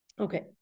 Okay